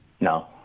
No